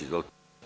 Izvolite.